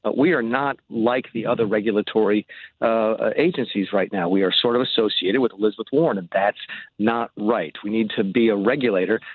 we are not like the other regulatory ah agencies right now. we are sort of associated with elizabeth warren, and that's not right. we need to be a regulator,